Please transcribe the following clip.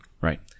Right